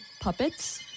puppets